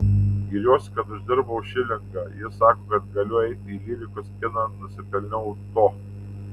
giriuosi kad uždirbau šilingą ji sako kad galiu eiti į lyrikos kiną nusipelniau to